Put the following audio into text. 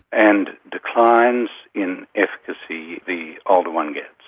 and declines in efficacy the older one gets,